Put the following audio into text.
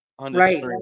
right